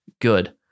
good